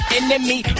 enemy